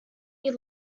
year